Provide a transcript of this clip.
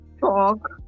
talk